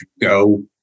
go